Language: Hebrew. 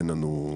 אין לנו.